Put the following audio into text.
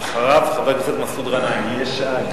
אחריו, חבר הכנסת מסעוד גנאים.